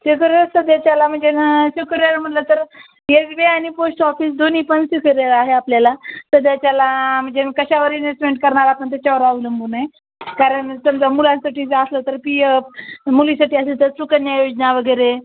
secure सध्याच्याला म्हणजे ना सिक्युअर म्हणलं तर यस बी आय आणि पोस्ट ऑफिस दोन्ही पण सिक्युअर आहे आपल्याला सध्याच्याला म्हणजे कशावर इन्वेस्मेंट करणार आपण त्याच्यावर अवलंबून आहे कारण समजा मुलांसाठी जर असलं तर पी एफ मुलीसाठी असेल तर सुकन्या योजना वगैरे